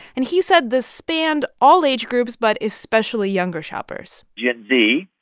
and he said this spanned all age groups but especially younger shoppers gen z,